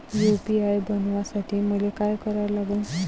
UPI बनवासाठी मले काय करा लागन?